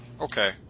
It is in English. Okay